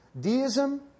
Deism